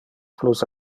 plus